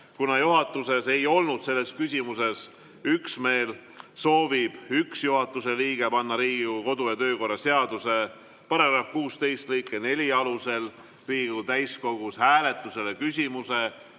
Kuna juhatuses ei olnud selles küsimuses üksmeelt, soovib üks juhatuse liige panna Riigikogu kodu- ja töökorra seaduse § 16 lõike 4 alusel Riigikogu täiskogus hääletusele küsimuse,